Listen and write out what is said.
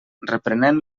reprenent